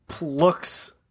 looks